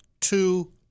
two